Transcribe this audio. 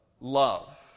Love